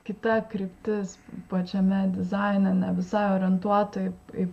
kita kryptis pačiame dizaine ne visai orientuota į į